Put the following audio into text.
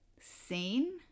seen